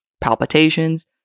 palpitations